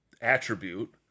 attribute